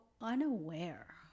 unaware